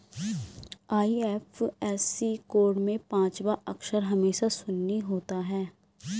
IFSC code में पांचवा अक्षर हमेशा शून्य होता है